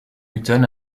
newton